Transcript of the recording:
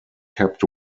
kept